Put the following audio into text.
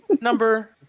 Number